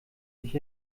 sich